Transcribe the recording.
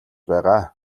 байгаа